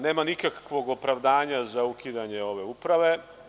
Nema nikakvog opravdanja za ukidanje ove Uprave.